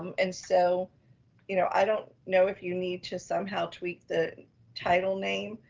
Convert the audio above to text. um and so you know i don't know if you need to somehow tweak the title name,